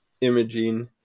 imaging